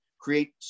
create